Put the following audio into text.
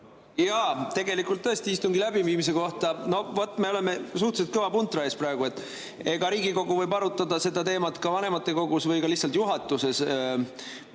Jaa, tegelikult tõesti istungi läbiviimise kohta. Me oleme praegu suhteliselt kõva puntra ees. Riigikogu võib arutada seda teemat ka vanematekogus või lihtsalt juhatuses.